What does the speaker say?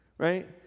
right